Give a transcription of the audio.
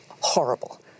Horrible